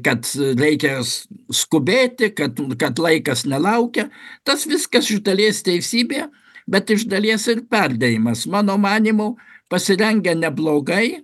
kad reikės skubėti kad kad laikas nelaukia tas viskas iš dalies teisybė bet iš dalies ir perdėjimas mano manymu pasirengę neblogai